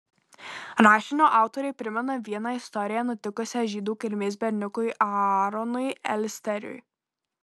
rašinio autorė primena vieną istoriją nutikusią žydų kilmės berniukui aaronui elsteriui